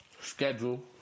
Schedule